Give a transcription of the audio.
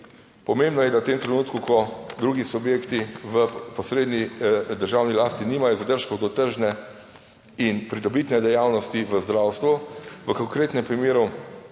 pomembno je, da v tem trenutku, ko drugi subjekti v posredni državni lasti nimajo zadržkov do tržne in pridobitne dejavnosti v zdravstvu, v konkretnem primeru